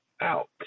out